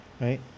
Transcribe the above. Right